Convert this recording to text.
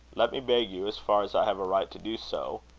let me beg you, as far as i have a right to do so,